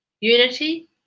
Unity